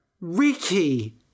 Ricky